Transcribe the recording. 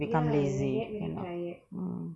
become lazy why not mm